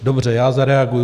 Dobře, já zareaguji.